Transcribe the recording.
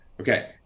Okay